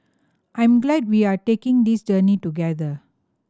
I'm glad we are taking this journey together